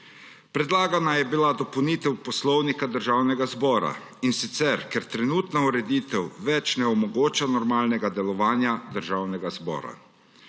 Predlagana je bila dopolnitev Poslovnika Državnega zbora, ker trenutna ureditev več ne omogoča normalnega delovanja Državnega zbora.